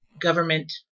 government